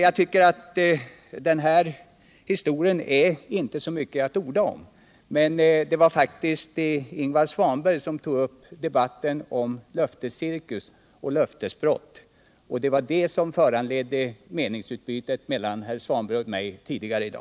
Jag tycker inte att den här historien är särskilt mycket att orda om, men det var faktiskt Ingvar Svanberg som tog upp debatten om löftescirkus och löftesbrott, och det var det som föranledde meningsutbytet mellan herr Svanberg och mig tidigare i dag.